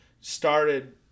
started